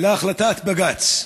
להחלטת בג"ץ.